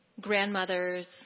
Grandmothers